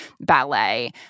ballet